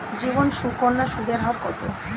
জীবন সুকন্যা সুদের হার কত?